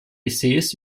essays